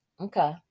Okay